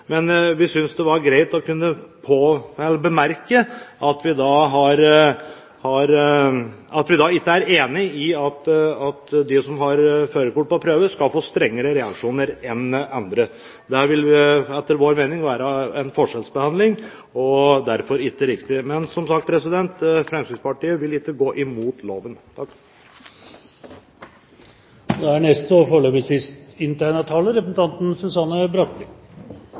synes det var greit å bemerke at vi ikke er enig i at de som har førerkort på prøve, skal få strengere reaksjoner enn andre. Dette vil etter vår mening være en forskjellsbehandling, og derfor er det ikke riktig. Men som sagt, Fremskrittspartiet vil ikke gå imot loven. Nullvisjonen, ønsket om en framtid uten drepte og